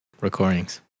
recordings